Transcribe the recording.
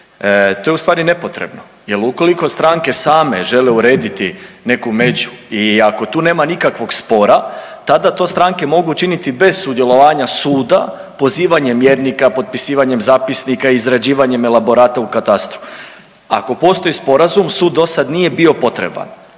to je ustvari nepotrebno jer ukoliko stranke same žele urediti neku među i ako tu nema nikakvog spora, tada to stranke mogu učiniti bez sudjelovanja suda, pozivanjem mjernika, potpisivanjem zapisnika, izrađivanje elaborata u katastru. Ako postoji sporazum sud dosad nije bio potreban.